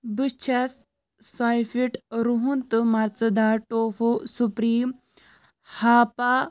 بہٕ چھیٚس سایفِٹ رُہُن تہٕ مرژٕدار ٹوفو سُپریٖم ہاپا